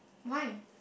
why